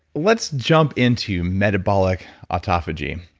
let's jump into metabolic autophagy.